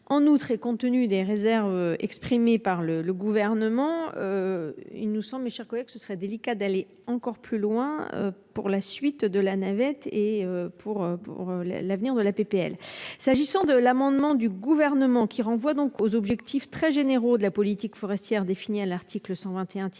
En outre, et compte tenu des réserves exprimées par le le gouvernement. Il nous sommes mes chers collègues, ce serait délicat d'aller encore plus loin pour la suite de la navette et pour pour l'avenir de la PPL, s'agissant de l'amendement du gouvernement qui renvoie donc aux objectifs très généraux de la politique forestière définie à l'article 121